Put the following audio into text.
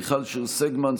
מיכל שיר סגמן,